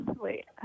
wait